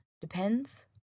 depends